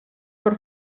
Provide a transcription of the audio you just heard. per